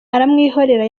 aramwihorera